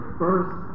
first